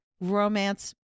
romance